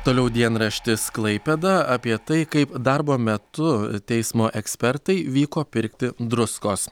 toliau dienraštis klaipėda apie tai kaip darbo metu teismo ekspertai vyko pirkti druskos